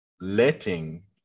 letting